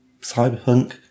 cyberpunk